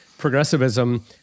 progressivism